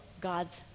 God's